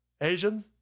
Asians